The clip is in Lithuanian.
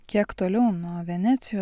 kiek toliau nuo venecijos